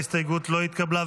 ההסתייגות לא התקבלה.